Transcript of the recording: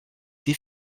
des